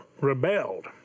rebelled